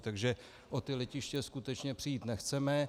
Takže o ta letiště skutečně přijít nechceme.